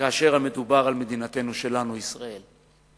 כאשר מדובר על מדינתנו שלנו, ישראל.